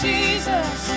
Jesus